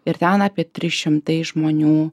ir ten apie tris šimtai žmonių